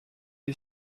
est